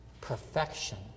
Perfection